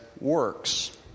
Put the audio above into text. works